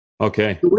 Okay